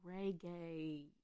reggae